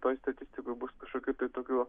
toj statistikoj bus kažkokių tai kitokių